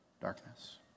darkness